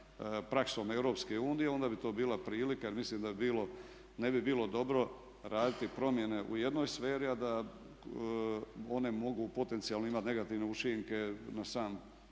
praksom EU onda bi to bila prilika, jer mislim da je bilo, ne bi bilo dobro raditi promjene u jednoj sferi a da one mogu potencijalno imati negativne učinke na sam